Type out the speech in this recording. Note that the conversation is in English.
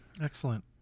Excellent